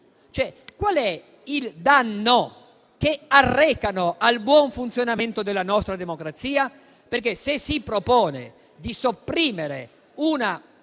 Qual è il danno che arrecano al buon funzionamento della nostra democrazia? Infatti, se si propone di sopprimere una